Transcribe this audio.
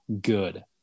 good